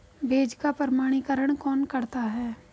बीज का प्रमाणीकरण कौन करता है?